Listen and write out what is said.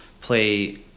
play